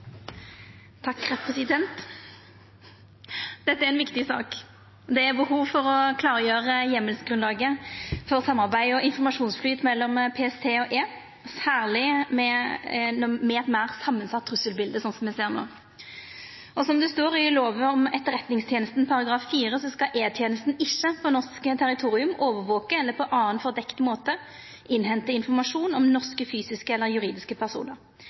Dette er ei viktig sak. Det er behov for å klargjera heimelsgrunnlaget for samarbeid og informasjonsflyt mellom PST og E, særleg med eit samansett trusselbilete som det me ser no. Det står i lov om Etterretningstjenesten § 4: «Etterretningstjenesten skal ikke på norsk territorium overvåke eller på annen fordekt måte innhente informasjon om norske fysiske eller juridiske